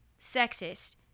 sexist